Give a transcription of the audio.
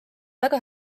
väga